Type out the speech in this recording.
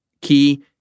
key